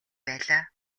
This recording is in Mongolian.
байлаа